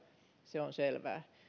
se on selvää